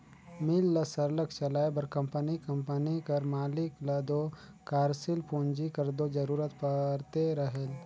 मील ल सरलग चलाए बर कंपनी कंपनी कर मालिक ल दो कारसील पूंजी कर दो जरूरत परते रहेल